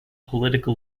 political